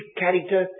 character